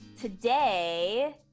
Today